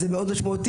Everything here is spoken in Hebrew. זה מאוד משמעותי.